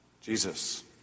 Jesus